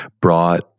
brought